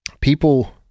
people